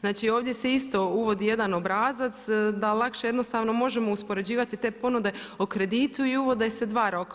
Znači ovdje se isto uvodi jedan obrazac da lakše jednostavno možemo uspoređivati te ponude o kreditu i uvode se dva roka.